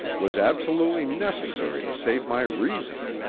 was absolutely necessary to save my reason.